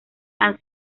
han